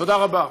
תודה רבה.